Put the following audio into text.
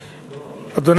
הכנסת, אדוני